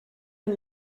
con